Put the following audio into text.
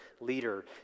leader